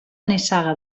nissaga